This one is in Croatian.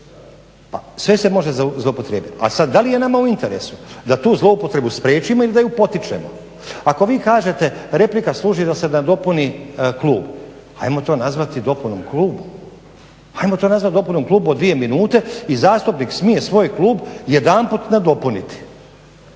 pa sve se može zloupotrijebiti a sada da li je nama u interesu da tu zloupotrebu spriječimo ili da ju potičemo. Ako vi kažete replika služi da se nadopuni klub pa ajmo to nazvati dopunom klubu, ajmo to nazvati dopunom klubu od 2 minute i zastupnik smije svoj klub jedanput nadopuniti.